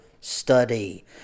study